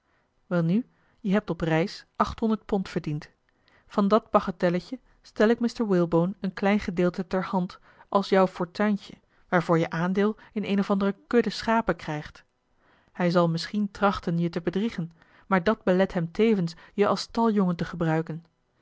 welnu je hebt op reis achthonderd pond verdiend van dat bagatelletje stel ik mr walebone een klein gedeelte ter hand als jouw fortuintje waarvoor je aandeel in eene of andere kudde schapen krijgt hij zal misschien trachten je te bedriegen maar dat belet hem tevens je als staljongen te gebruiken